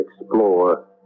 explore